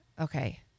okay